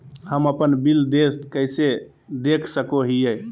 हम अपन बिल देय कैसे देख सको हियै?